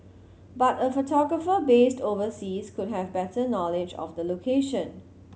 but a photographer based overseas could have better knowledge of the location